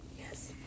yes